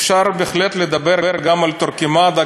אפשר בהחלט לדבר גם על טורקמדה,